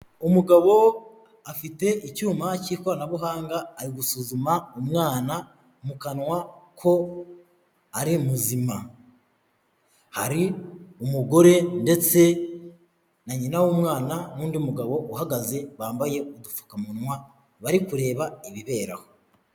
Umugabo afite icyuma cy'ikoranabuhanga ari gusuzuma umwana mu kanwa ko ari muzima, hari umugore ndetse na nyina w'umwana n'undi mugabo uhagaze bambaye udupfukamunwa bari kureba ibibera aho.